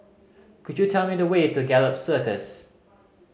could you tell me the way to Gallop Circus